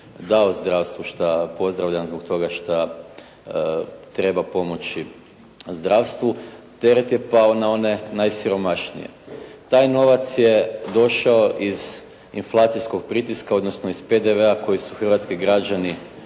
dao zdravstvu što pozdravljam zbog toga što treba pomoći zdravstvu, teret je pao na one najsiromašnije. Taj novac je došao iz inflacijskog pritiska, odnosno iz PDV-a koji su hrvatski građani